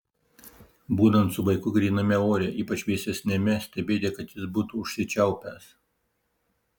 būnant su vaiku gryname ore ypač vėsesniame stebėti kad jis būtų užsičiaupęs